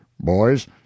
Boys